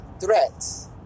threats